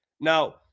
Now